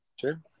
Sure